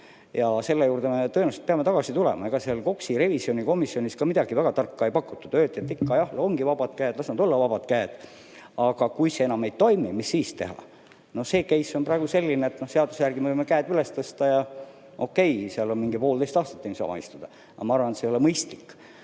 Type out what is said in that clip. Selle juurde me peame tõenäoliselt tagasi tulema. Ega seal KOKS‑i revisjonikomisjonis ka midagi väga tarka ei pakutud. Öeldi, et jah, ongi vabad käed, las olla vabad käed. Aga kui see enam ei toimi, mis siis teha? Caseon praegu selline, et seaduse järgi me võime käed üles tõsta ja okei, mingi poolteist aastat niisama istuda. Aga ma arvan, et see ei ole mõistlik.